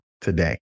today